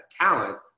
talent